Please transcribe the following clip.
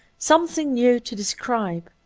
something new to de scribe.